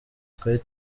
twari